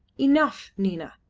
enough, nina.